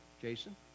Jason